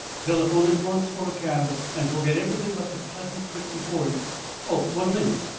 telephone at once for a cab, and forget everything but the pleasant trip before you oh, one minute!